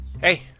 Hey